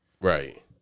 Right